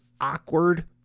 awkward